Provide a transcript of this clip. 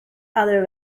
other